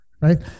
Right